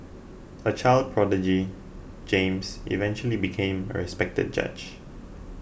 a child prodigy James eventually became a respected judge